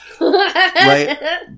right